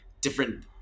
different